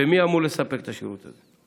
ומי אמור לספק את השירות הזה?